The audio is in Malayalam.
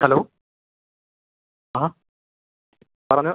ഹലോ ആ പറഞ്ഞോ